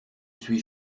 suis